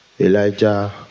Elijah